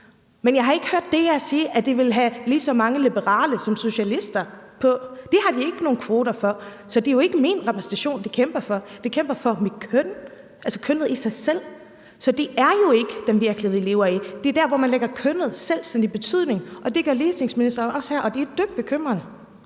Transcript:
Men jeg har ikke hørt DR sige, at de vil have lige så mange liberale som socialister. Det har de ikke nogen kvoter for, så det er jo ikke min repræsentation, de kæmper for. De kæmper for mit køn, altså kønnet i sig selv. Så det er jo ikke den virkelighed, vi lever i. Det er der, hvor man tillægger kønnet selvstændig betydning, og det gør ligestillingsministeren også her, og det er dybt bekymrende.